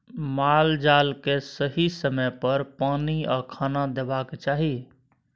माल जाल केँ सही समय पर पानि आ खाना देबाक चाही